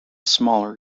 smaller